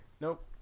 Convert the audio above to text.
Nope